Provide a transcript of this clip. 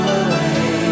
away